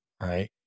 right